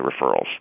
referrals